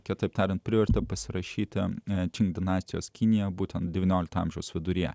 kitaip tariant privertė pasirašyti e čin dinastijos kiniją būtent devyniolikto amžiaus viduryje